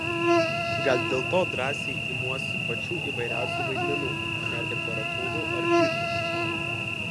gal dėl to drąsiai imuosi pačių įvairiausių vaidmenų net ir barakudų ar fyfų